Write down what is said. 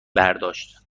برداشت